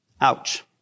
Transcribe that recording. Ouch